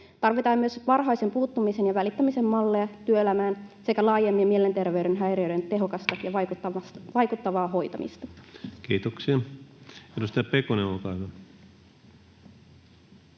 Tarvitaan myös varhaisen puuttumisen ja välittämisen malleja työelämään sekä laajemmin mielenterveyden häiriöiden tehokasta ja vaikuttavaa hoitamista. Kiitoksia. — Edustaja Pekonen, olkaa hyvä.